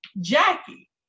Jackie